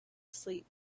asleep